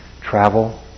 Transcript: travel